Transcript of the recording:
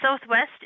southwest